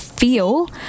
Feel